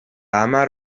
hamar